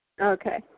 Okay